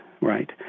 right